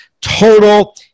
total